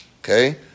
Okay